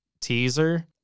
teaser